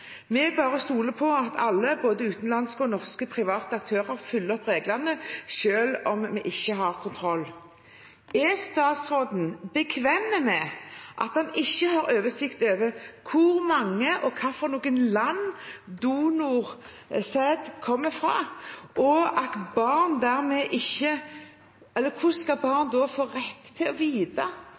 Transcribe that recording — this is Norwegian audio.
vi bare stoler på at alle, både utenlandske og norske, private aktører oppfyller reglene, selv om vi ikke har kontroll. Er statsråden bekvem med at han ikke har oversikt over hvor mange og hvilke land donorsæd kommer fra? Hvordan kan barna da ha rett til å vite